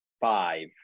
Five